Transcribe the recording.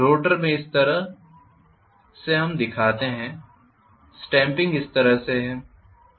rotor में हम इस तरह से दिखाते हैं स्टैम्पिंग इस तरह से है